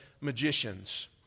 Magicians